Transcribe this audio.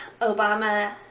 Obama